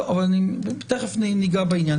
תיכף ניגע בעניין.